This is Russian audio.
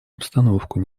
обстановку